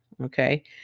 Okay